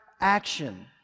action